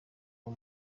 uwo